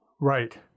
Right